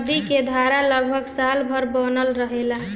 नदी क धार लगभग साल भर बनल रहेला